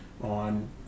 on